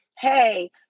hey